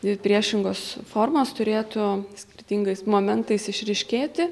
dvi priešingos formos turėtų skirtingais momentais išryškėti